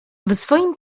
swoim